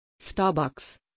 Starbucks